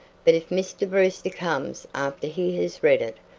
but if mr. brewster comes after he has read it,